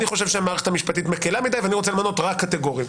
אני חושב שהמערכת המשפטית מקלה מדי ואני רוצה למנות רק קטגורים.